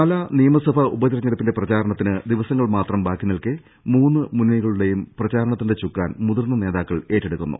പാലാ നിയമസഭാ ഉപതിരഞ്ഞെട്ടുപ്പിന്റെ പ്രചാരണത്തിന് ദിവസങ്ങൾ മാത്രം ബാക്കി നിൽക്കെ മൂന്ന് മുന്നണികളു ടെയും പ്രചാരണത്തിന്റെ ചുക്കാൻ മുതിർന്ന നേതാക്കൾ ഏറ്റെടുക്കുന്നു